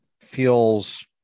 feels